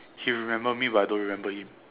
he remembered me but I don't remember him